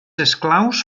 esclaus